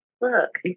look